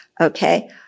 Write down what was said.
Okay